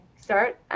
start